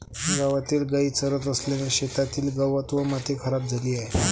गावातील गायी चरत असल्याने शेतातील गवत व माती खराब झाली आहे